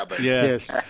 Yes